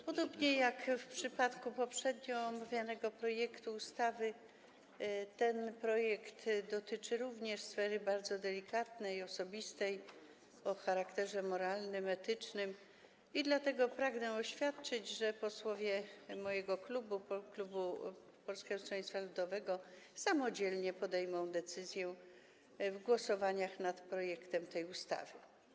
Podobnie jak w przypadku poprzednio omawianego projektu ustawy ten projekt również dotyczy sfery bardzo delikatnej i osobistej, o charakterze moralnym, etycznym, dlatego pragnę oświadczyć, że posłowie mojego klubu, Polskiego Stronnictwa Ludowego, samodzielnie podejmą decyzję w głosowaniach nad tym projektem ustawy.